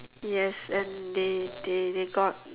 yes and they they they got